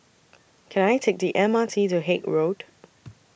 Can I Take The M R T to Haig Road